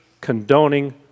condoning